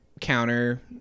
counter